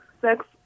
sex